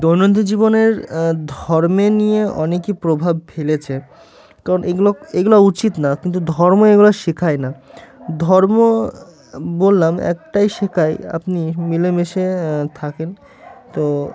দৈনন্দিন জীবনের ধর্মে নিয়ে অনেকই প্রভাব ফেলেছে কারণ এগুলো এগুলো উচিত না কিন্তু ধর্ম এগুলো শেখায় না ধর্ম বললাম একটাই শেখাই আপনি মিলেমিশে থাকেন তো